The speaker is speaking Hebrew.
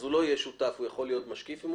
הוא לא יהיה שותף אלא הוא יכול להיות משקיף אם הוא